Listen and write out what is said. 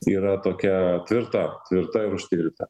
yra tokia tvirta tvirta ir užtikrinta